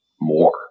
more